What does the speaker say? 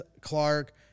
Clark